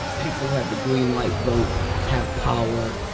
people who have the greenlight vote have power.